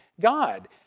God